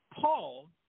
Paul